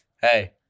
hey